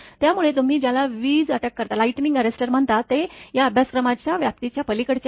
त्यामुळे तुम्ही ज्याला वीज अटककर्ता म्हणता ते या अभ्यासक्रमाच्या व्याप्तीच्या पलीकडचे आहे